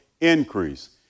increase